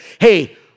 hey